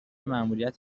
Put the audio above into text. ماموریت